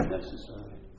necessary